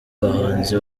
bahanzi